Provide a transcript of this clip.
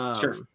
Sure